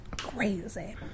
Crazy